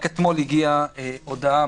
רק אתמול הגיעה הודעה